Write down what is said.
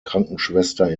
krankenschwester